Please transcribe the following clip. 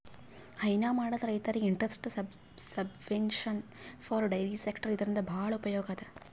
ಹೈನಾ ಮಾಡದ್ ರೈತರಿಗ್ interest subvention for dairy sector ಇದರಿಂದ್ ಭಾಳ್ ಉಪಯೋಗ್ ಅದಾ